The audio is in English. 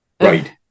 Right